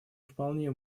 вполне